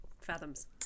fathoms